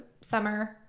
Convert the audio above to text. summer